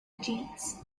genus